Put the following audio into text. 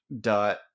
dot